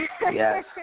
yes